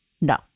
No